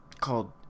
called